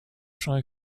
champ